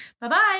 Bye-bye